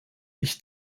ich